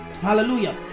Hallelujah